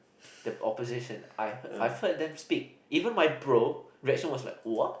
the opposition I heard I've heard them speak even my bro reaction was like what